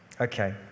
Okay